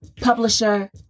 publisher